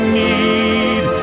need